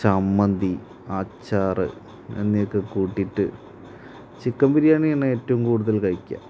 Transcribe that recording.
ചമ്മന്തി അച്ചാറ് എന്നിവയൊക്കെ കൂട്ടിയിട്ട് ചിക്കൻ ബിരിയാണിയാണ് ഏറ്റവും കൂടുതൽ കഴിക്കുക